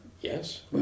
Yes